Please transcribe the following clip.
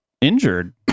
injured